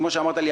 כמו שאמרת לי,